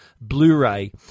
Blu-ray